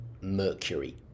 Mercury